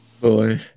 Boy